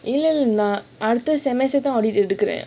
audit எடுக்குறேன்:audit edukkurean